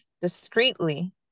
discreetly